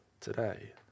today